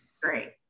great